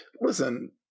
listen